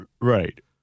right